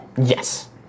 Yes